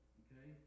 okay